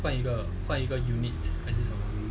换一个换一个 unit